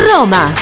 Roma